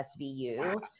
SVU